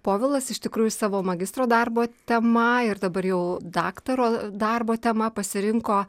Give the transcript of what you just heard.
povilas iš tikrųjų savo magistro darbo tema ir dabar jau daktaro darbo tema pasirinko